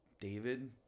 David